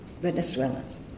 Venezuelans